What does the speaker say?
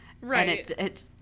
Right